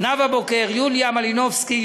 נאוה בוקר, יוליה מלינובסקי,